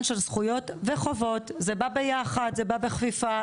של זכויות וחובות זה בא ביחד זה בא בחפיפה,